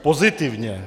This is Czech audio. Pozitivně.